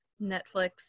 netflix